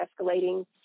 escalating